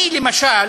אני, למשל,